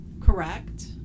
correct